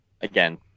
again